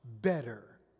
better